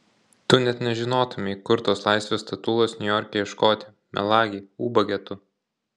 tu net nežinotumei kur tos laisvės statulos niujorke ieškoti melagi ubage tu